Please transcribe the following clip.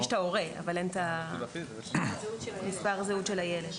יש את ההורה אבל אין מס' זהות של הילד.